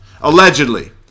Allegedly